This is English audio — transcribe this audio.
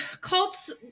cult's